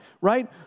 right